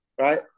right